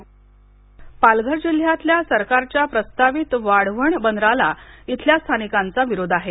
पालघर पालघर जिल्ह्यातल्या सरकारच्या प्रस्तावित वाढवण बंदराला इथल्या स्थानिकांचा विरोध आहे